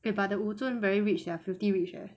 eh but the 吴尊 very rich leh filthy rich leh